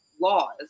laws